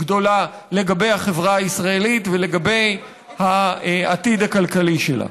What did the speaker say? גדולה לגבי החברה הישראלית ולגבי העתיד הכלכלי שלה.